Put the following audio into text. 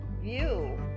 view